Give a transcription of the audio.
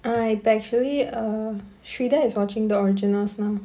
uh இப்ப:ippa actually err shreedar is watching the originals now